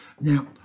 Now